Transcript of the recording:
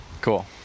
cool